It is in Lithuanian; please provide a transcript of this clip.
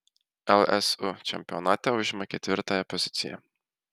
lsu čempionate užima ketvirtąją poziciją